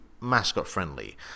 mascot-friendly